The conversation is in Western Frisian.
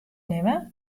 nimme